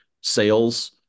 sales